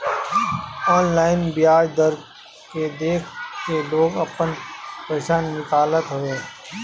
online बियाज दर के देख के लोग आपन पईसा निकालत हवे